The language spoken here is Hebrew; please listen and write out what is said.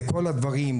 לכל הדברים,